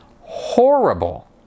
horrible